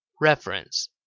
Reference